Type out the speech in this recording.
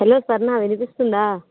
hello Aparna వినిపిస్తుందా